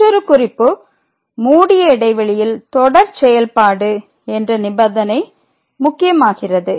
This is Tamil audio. மற்றொரு குறிப்பு மூடிய இடைவெளியில் தொடர் செயல்பாடு என்ற நிபந்தனை முக்கியமாகிறது